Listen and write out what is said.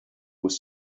with